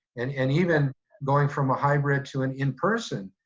and and even going from a hybrid to an in-person,